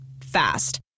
Fast